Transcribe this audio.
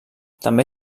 també